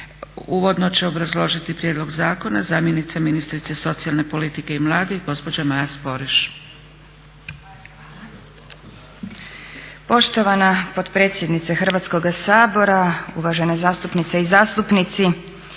Uvodno će obrazložiti prijedlog zakona zamjenica ministrice socijalne politike i mladih gospođa Maja Sporiš. **Sporiš, Maja** Poštovana potpredsjednice Hrvatskoga sabora, uvažene zastupnice i zastupnici.